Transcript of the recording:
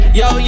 yo